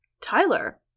Tyler